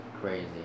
crazy